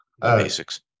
basics